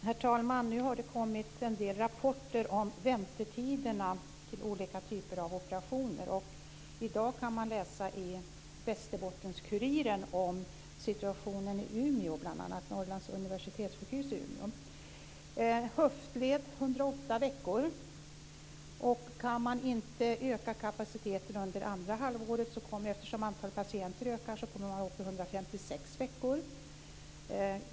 Herr talman! Nu har det kommit en del rapporter om väntetiderna till olika typer av operationer. I dag kan man läsa i Västerbottens-Kuriren om situationen på Norrlands universitetssjukhus i Umeå bl.a.: höftled - 108 veckor. Kan man inte öka kapaciteten under det andra halvåret kommer man, eftersom antalet patienter ökar, upp i 156 veckor.